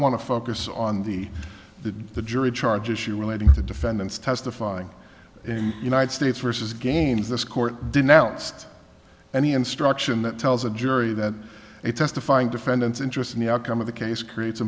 to focus on the the the jury charge issue relating to defendants testifying in united states versus games this court denounced any instruction that tells a jury that a testifying defendant's interest in the outcome of the case creates a